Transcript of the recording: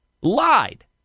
Lied